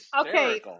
Okay